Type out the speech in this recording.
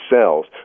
cells